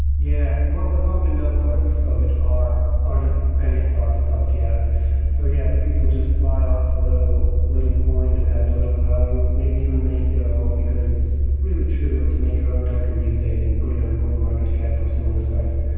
yeah. well, the pump and dump parts of it are are the penny stock stuff, yeah so yeah. people just buy off a little coin that has little value, maybe even make their own because it's really trivial to make your own token these days and put it on coin market cap or similar sites.